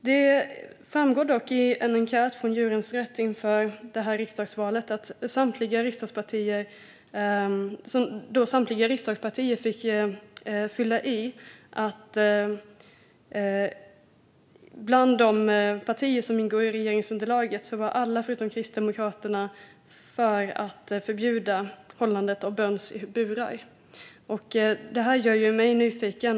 Det framgår av en enkät från Djurens Rätt inför det senaste riksdagsvalet att alla riksdagspartier som ingår i regeringsunderlaget utom Kristdemokraterna var för att förbjuda hållandet av höns i burar. Det gör mig nyfiken.